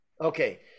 Okay